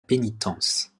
pénitence